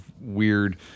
weird